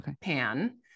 Pan